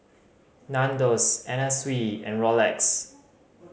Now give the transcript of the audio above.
Nandos Anna Sui and Rolex